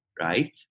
right